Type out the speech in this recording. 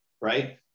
right